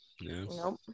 Nope